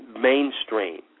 mainstream